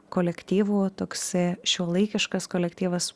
kolektyvų toks šiuolaikiškas kolektyvas